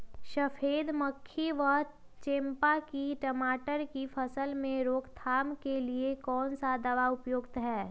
सफेद मक्खी व चेपा की टमाटर की फसल में रोकथाम के लिए कौन सा दवा उपयुक्त है?